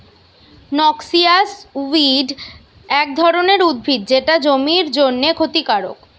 noxious weed এক ধরণের উদ্ভিদ যেটা জমির জন্যে ক্ষতিকারক